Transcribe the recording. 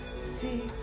see